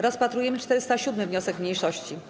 Rozpatrujemy 407. wniosek mniejszości.